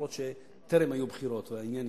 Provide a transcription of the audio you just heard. אף-על-פי שטרם היו בחירות והעניין נמשך.